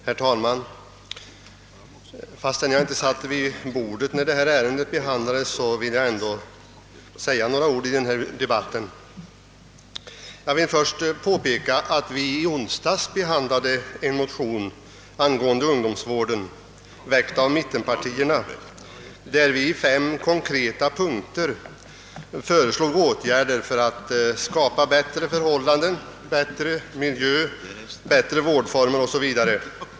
Herr talman! Fast jag inte satt vid utskottets bord när detta ärende handlades vill jag säga några ord i denna debatt. Jag vill först erinra om att vi i onsdags behandlade en motion angående ungdomsvården, väckt av mittenpartierna, där vi i fem konkreta punkter föreslog åtgärder för att skapa bättre förhållanden, bättre miljö, bättre vårdformer osv.